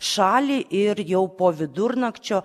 šalį ir jau po vidurnakčio